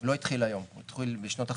לא התחיל היום, הוא התחיל בשנות ה-50,